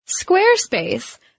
Squarespace